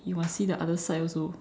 you must see the other side also